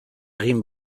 egin